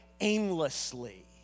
aimlessly